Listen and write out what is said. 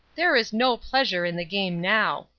there is no pleasure in the game now!